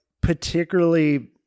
particularly